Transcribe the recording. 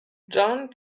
john